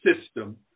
system